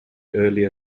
earlier